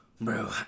bro